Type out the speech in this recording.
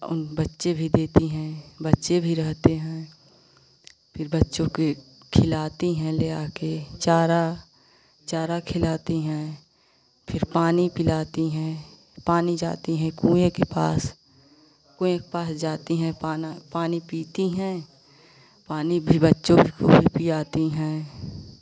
उन बच्चे भी देती हैं बच्चे भी रहते हैं फिर बच्चों के खिलाती हैं ले आ के चारा चारा खिलाती हैं फिर पानी पिलाती हैं पानी जाती हैं कुएँ के पास कुएँ के पास जाती हैं पाना पानी पीती हैं पानी भी बच्चों भी खुब ही पिलाती हैं